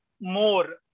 more